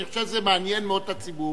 אני חושב שזה מעניין מאוד את הציבור.